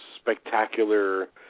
spectacular